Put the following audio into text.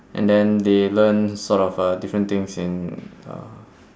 and then they learn sort of uh different things in uh